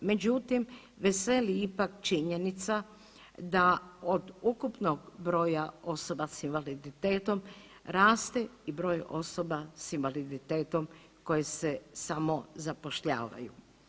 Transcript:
Međutim, veseli ipak činjenica da od ukupnog broja osoba sa invaliditetom raste i broj osoba sa invaliditetom koji se samo zapošljavaju.